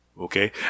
okay